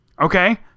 Okay